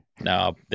No